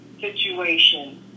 situation